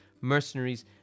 mercenaries